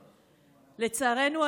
לצערנו,